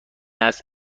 است